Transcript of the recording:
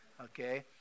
okay